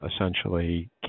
essentially